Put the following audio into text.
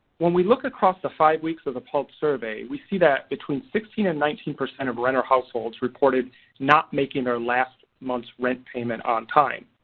when we look across the five weeks of the pulse survey we see that between sixteen and nineteen percent of renter households reported not making their last month's rent payment on time.